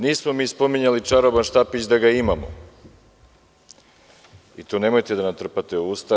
Nismo mi spominjali čaroban štapić da ga imamo i to nemojte da nam trpate u usta.